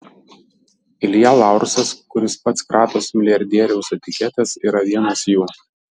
ilja laursas kuris pats kratosi milijardieriaus etiketės yra vienas jų